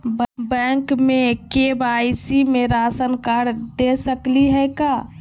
Bank में KYC में ration card दे सकली हई का?